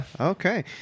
okay